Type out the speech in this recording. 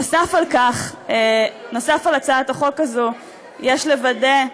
נוסף על כך, נוסף על הצעת החוק הזאת, יש לוודא,